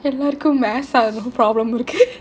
it will become a little problem with